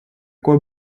quoi